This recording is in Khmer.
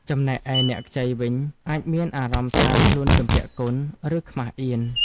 ចំណែកឯអ្នកខ្ចីវិញ អាចមានអារម្មណ៍ថាខ្លួនជំពាក់គុណ ឬខ្មាសអៀន។